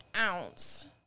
ounce